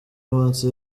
munsi